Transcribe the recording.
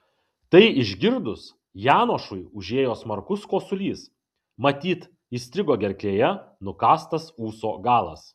tai išgirdus janošui užėjo smarkus kosulys matyt įstrigo gerklėje nukąstas ūso galas